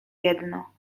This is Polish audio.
jedno